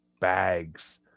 bags